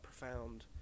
profound